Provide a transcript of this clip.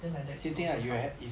then like that can also help